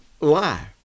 lie